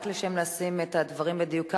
רק כדי לשים את הדברים על דיוקם,